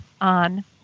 on